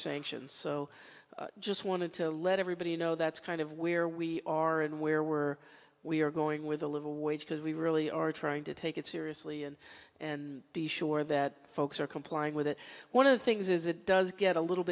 sanctions so just wanted to let everybody know that's kind of where we are and where we're we are going with a livable wage because we really are trying to take it seriously and and be sure that folks are complying with it one of the things is it does get a little